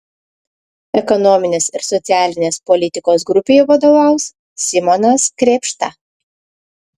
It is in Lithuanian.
ekonominės ir socialinės politikos grupei vadovaus simonas krėpšta